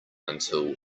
until